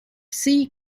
sea